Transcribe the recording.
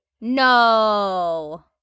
No